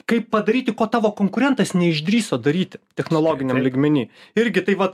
kaip padaryti ko tavo konkurentas neišdrįso daryti technologiniam lygmeny irgi tai vat